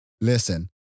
Listen